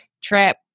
Trap